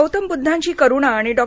गौतम बुद्धांची करुणा आणि डॉ